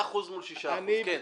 4% מול 6%. כן.